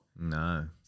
No